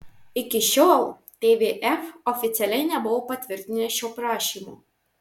iki šiol tvf oficialiai nebuvo patvirtinęs šio prašymo